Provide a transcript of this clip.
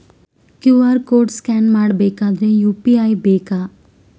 QR code scan ಮಾಡಬೇಕಾದರೆ UPI ಬೇಕಾ?